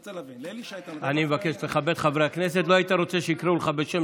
אתם ולפיד תמשיכו לשבת באופוזיציה ולא תצליחו,